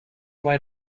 wait